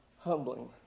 Humbling